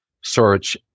search